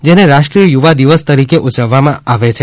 જેને રાષ્ટ્રીય યુવા દિવસ તરીકે ઉજવવામાં આવે છે